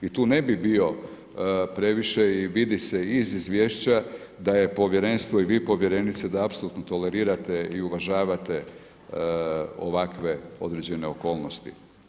I tu ne bio previše i vidi se iz izvješća da je povjerenstvo i vi povjerenice, da apsolutno tolerirate i uvažavate ovakve određene okolnosti.